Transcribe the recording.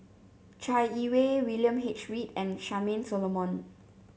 Chai Yee Wei William H Read and Charmaine Solomon